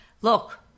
look